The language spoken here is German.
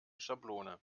schablone